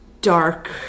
dark